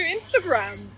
Instagram